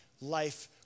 life